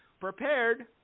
prepared